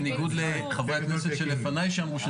בניגוד לחברי הכנסת שלפניי שאמרו שהם צריכים ללכת,